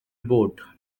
boat